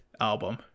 album